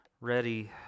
ready